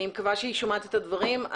אני מקווה שהיא שומעת את הדברים.